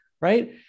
right